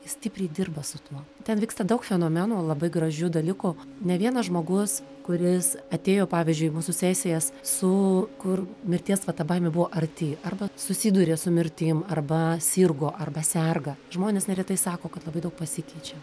stipriai dirba su tuo ten vyksta daug fenomenų labai gražių dalykų ne vienas žmogus kuris atėjo pavyzdžiui į mūsų sesijas su kur mirties va ta baimė buvo arti arba susidūrė su mirtim arba sirgo arba serga žmonės neretai sako kad labai daug pasikeičia